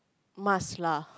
must lah